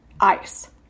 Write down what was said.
ice